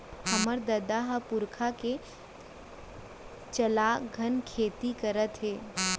हमर ददा ह पुरखा के चलाघन खेती करत हे